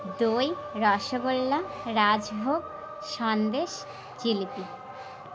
দই রসগোল্লা রাজভোগ সন্দেশ জিলিপী